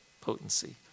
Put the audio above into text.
potency